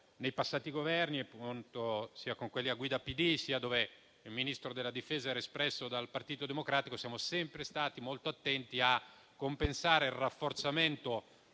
nei passati Governi, sia in quelli a guida PD, sia in quelli nei quali il Ministro della difesa era espresso dal Partito Democratico. Siamo sempre stati molto attenti a compensare il rafforzamento